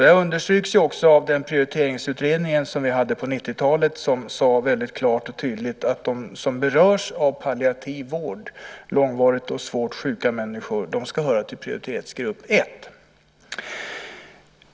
Det understryks också av Prioriteringsutredningen på 1990-talet som väldigt klart och tydligt sagt att de som berörs av palliativ vård, långvarigt och svårt sjuka människor, ska höra till prioritetsgrupp 1.